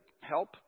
help